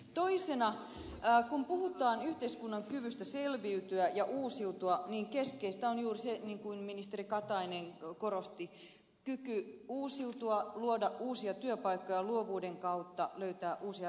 toisena kun puhutaan yhteiskunnan kyvystä selviytyä ja uusiutua keskeistä on juuri niin kuin ministeri katainen korosti kyky uusiutua luoda uusia työpaikkoja luovuuden kautta löytää uusia ratkaisuja